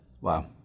Wow